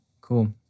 Cool